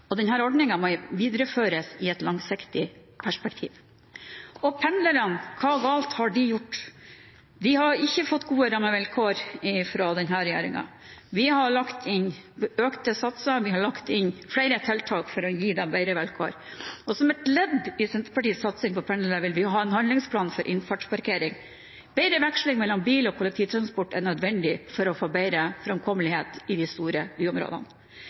og styrke incitamentordningen. Denne ordningen må videreføres i et langsiktig perspektiv. Pendlerne – hva galt har de gjort? De har ikke fått gode rammevilkår fra denne regjeringen. Vi har lagt inn økte satser. Vi har lagt inn flere tiltak for å gi dem bedre vilkår. Som et ledd i Senterpartiets satsing på pendlere vil vi ha en handlingsplan for innfartsparkering. Bedre veksling mellom bil og kollektivtransport er nødvendig for å få bedre framkommelighet i de store byområdene.